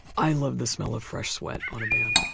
i love the smell of fresh sweat on a man.